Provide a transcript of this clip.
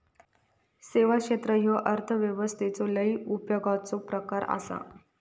सेवा क्षेत्र ह्यो अर्थव्यवस्थेचो लय उपयोगाचो प्रकार आसा